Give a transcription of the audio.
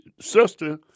sister